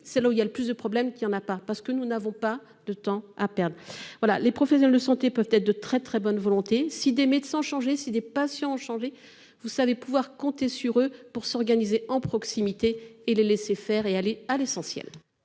c'est là où il y a le plus de problèmes qu'il y en a pas parce que nous n'avons pas de temps à perdre. Voilà. Les professionnels de santé peuvent être de très très bonnes volontés, si des médecins ont changé si des patients ont changé. Vous savez, pouvoir compter sur eux pour s'organiser en proximité et les laisser faire et aller à l'essentiel.--